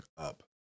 up